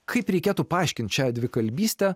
kaip reikėtų paaiškint šią dvikalbystę